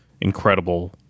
incredible